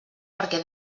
perquè